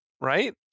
right